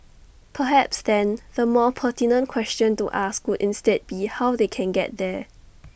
perhaps then the more pertinent question to ask would instead be how they can get there